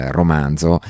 romanzo